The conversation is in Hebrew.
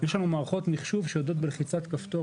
יש לנו מערכות מחשוב שיודעות בלחיצת כפתור